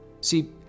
See